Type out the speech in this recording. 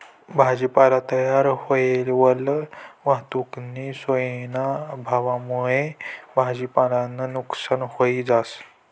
भाजीपाला तयार व्हयेलवर वाहतुकनी सोयना अभावमुये भाजीपालानं नुकसान व्हयी जास